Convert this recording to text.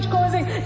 causing